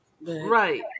Right